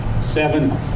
seven